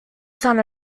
son